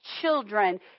children